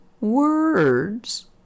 words